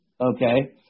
Okay